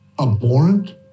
abhorrent